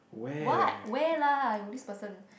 what where lah !aiyo! this person